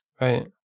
right